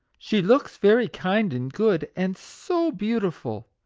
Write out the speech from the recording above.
she looks very kind and good, and so beautiful!